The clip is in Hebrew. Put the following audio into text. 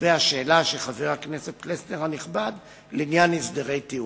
לגבי השאלה של חבר הכנסת פלסנר הנכבד לעניין הסדרי טיעון.